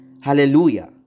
hallelujah